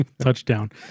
touchdown